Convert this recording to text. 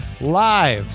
live